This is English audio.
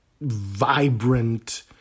vibrant